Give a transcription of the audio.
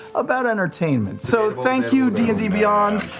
about entertainment. so thank you, d and d beyond,